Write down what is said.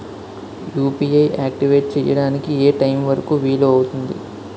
UPI activate చెయ్యడానికి ఏ time వరుకు వీలు అవుతుంది?